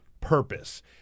purpose